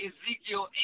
Ezekiel